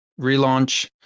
relaunch